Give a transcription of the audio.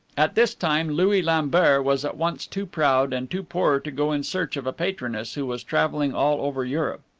at this time louis lambert was at once too proud and too poor to go in search of a patroness who was traveling all over europe.